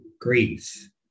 grief